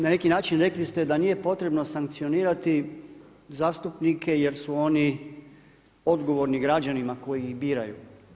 Na neki način rekli ste da nije potrebno sankcionirati zastupnike, jer su oni odgovorni građanima koji ih biraju.